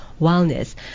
wellness